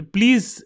Please